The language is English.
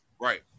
Right